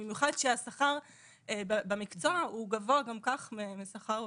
במיוחד כשהשכר במקצוע הוא גבוה גם כך מהשכר הממוצע.